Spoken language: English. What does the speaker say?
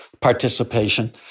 participation